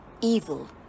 evil